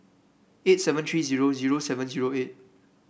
eight seven three zero zero seven zero eight